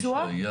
בואו נתקדם אבל.